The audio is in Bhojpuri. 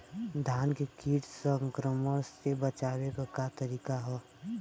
धान के कीट संक्रमण से बचावे क का तरीका ह?